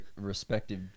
respective